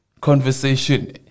conversation